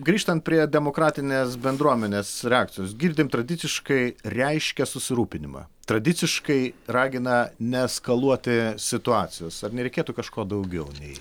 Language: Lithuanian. grįžtant prie demokratinės bendruomenės reakcijos girdim tradiciškai reiškia susirūpinimą tradiciškai ragina neeskaluoti situacijos ar nereikėtų kažko daugiau nei